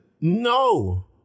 no